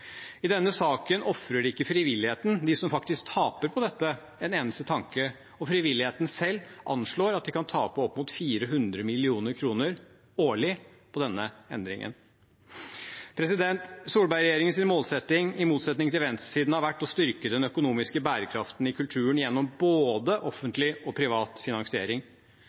I denne saken ofrer de ikke frivilligheten – de som faktisk taper på dette – en eneste tanke, og frivilligheten selv anslår at de kan tape opp mot 400 mill. kr årlig på denne endringen. Solberg-regjeringens målsetting, i motsetning til venstresidens, har vært å styrke den økonomiske bærekraften i kulturen gjennom både offentlig og privat finansiering.